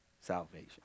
salvation